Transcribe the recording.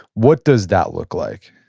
what does that look like?